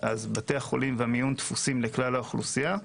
בתי החולים והמיון תפוסים לכלל האוכלוסייה.